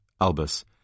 Albus